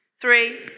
three